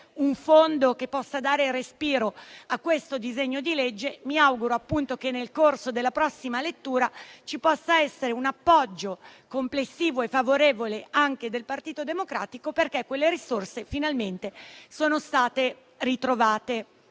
un fondo che possa dare respiro a questo disegno di legge, io mi auguro appunto che, nel corso della prossima lettura, possa esserci un appoggio complessivo e favorevole anche del Partito Democratico perché quelle risorse finalmente sono state ritrovate.